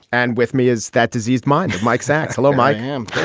and with me is that dizzy's mind, mike sacks. hello, mike. yeah um